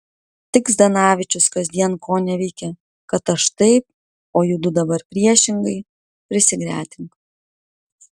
tik zdanavičius kasdien koneveikia kad aš taip o judu dabar priešingai prisigretink